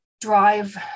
drive